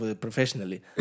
Professionally